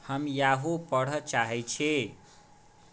हम याहू पढ़ऽ चाहै छी